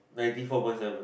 ninety four point seven